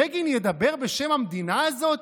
בגין ידבר בשם המדינה הזאת?